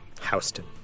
Houston